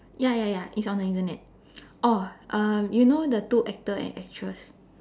ya ya ya it's on the Internet oh uh you know the two actor and actress